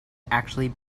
actually